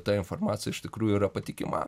ta informacija iš tikrųjų yra patikima